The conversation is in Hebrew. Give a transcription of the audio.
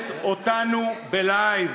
ההיסטוריה מצלמת אותנו ב"לייב".